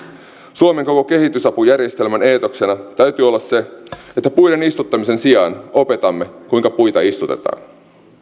suomen koko kehitysapujärjestelmän eetoksena täytyy olla se että puiden istuttamisen sijaan opetamme kuinka puita istutetaan